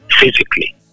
physically